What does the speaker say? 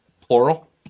plural